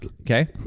Okay